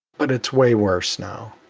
but it's way worse now.